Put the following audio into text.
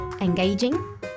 engaging